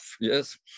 yes